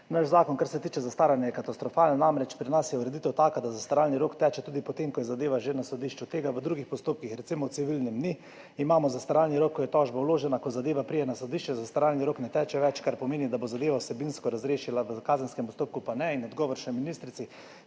Naš zakon, kar se tiče zastaranja, je katastrofalen. Namreč, pri nas je ureditev taka, da zastaralni rok teče tudi po tem, ko je zadeva že na sodišču. Tega v drugih postopkih, recimo v civilnem, ni. Imamo zastaralni rok, ko je tožba vložena, ko zadeva pride na sodišče, zastaralni rok ne teče več, kar pomeni, da se bo zadeva vsebinsko razrešila, v kazenskem postopku pa ne. Še odgovor ministrici.